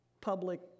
public